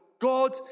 God